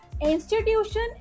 institution